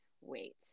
wait